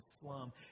slum